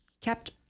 kept